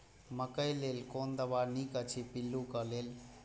मकैय लेल कोन दवा निक अछि पिल्लू क लेल?